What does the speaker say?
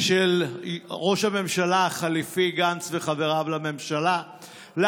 של ראש הממשלה החליפי גנץ וחבריו לממשלה על